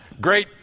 great